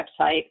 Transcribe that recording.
website